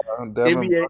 NBA